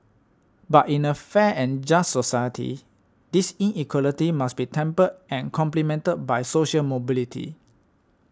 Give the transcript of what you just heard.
but in a fair and just society this inequality must be tempered and complemented by social mobility